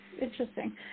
Interesting